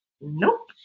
Nope